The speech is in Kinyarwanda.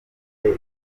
iba